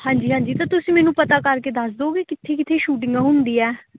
ਹਾਂਜੀ ਹਾਂਜੀ ਤਾਂ ਤੁਸੀਂ ਮੈਨੂੰ ਪਤਾ ਕਰਕੇ ਦੱਸ ਦਿਓਗੇ ਕਿੱਥੇ ਕਿੱਥੇ ਸ਼ੂਟਿੰਗ ਹੁੰਦੀ ਹੈ